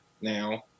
now